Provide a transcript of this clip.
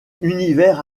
univers